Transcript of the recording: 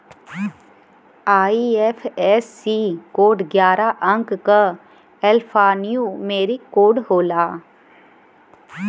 IFSC code ग्यारह अंक क एल्फान्यूमेरिक कोड होला